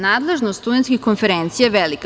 Nadležnost studentskih konferencija je velika.